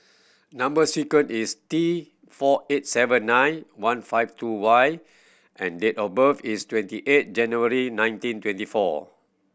number sequence is T four eight seven nine one five two Y and date of birth is twenty eight January nineteen twenty four